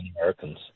Americans